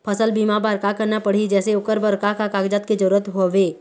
फसल बीमा बार का करना पड़ही जैसे ओकर बर का का कागजात के जरूरत हवे?